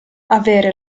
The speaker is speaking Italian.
avere